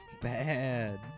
Bad